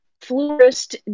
Florist